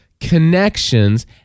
connections